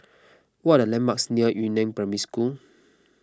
what are the landmarks near Yu Neng Primary School